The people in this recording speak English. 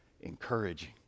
encouraging